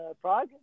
Prague